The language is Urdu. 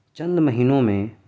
چند مہینوں میں